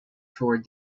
toward